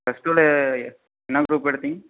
plus டூவீல் என்ன group எடுத்தீங்க